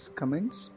comments